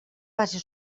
base